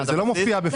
זה לא מופיע כאן.